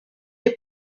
est